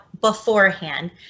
beforehand